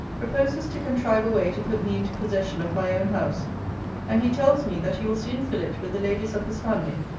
proposes to contrive a way to put me into possession of my own house and he tells me, that he will soon fill it with the ladies of his family,